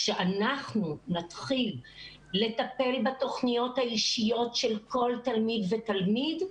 שאנחנו נתחיל לטפל בתכניות האישיות של כל תלמיד ותלמיד,